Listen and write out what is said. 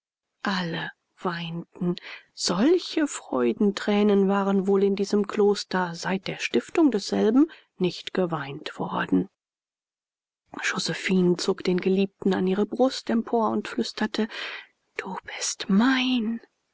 alle weinten solche freudentränen waren wohl in diesem kloster seit der stiftung desselben nicht geweint worden josephine zog den geliebten an ihre brust empor und flüsterte du bist mein